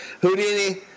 Houdini